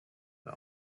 for